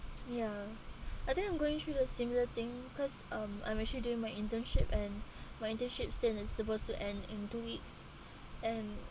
ya I think I'm going through the similar thing cause um I'm actually during my internship and my internship term is supposed to end in two weeks and